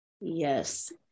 yes